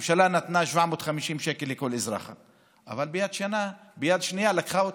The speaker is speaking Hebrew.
הממשלה נתנה 750 שקל לכל אזרח אבל ביד שנייה לקחה אותם,